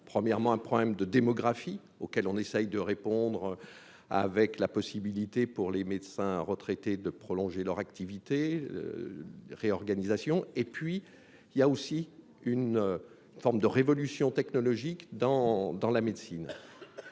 premièrement, un problème de démographie auquel on essaye de répondre avec la possibilité pour les médecins retraités de prolonger leur activité réorganisation et puis il y a aussi une forme de révolution technologique dans dans la médecine